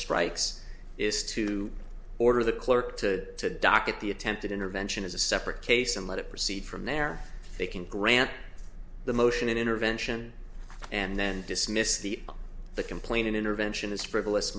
strikes is to order the clerk to dock at the attempted intervention is a separate case and let it proceed from there they can grant the motion an intervention and then dismiss the the complainant interventionists frivolous